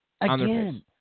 Again